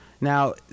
Now